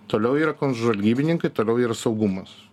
toliau yra kontžvalgybininkai toliau yra saugumas